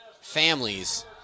families